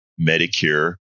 Medicare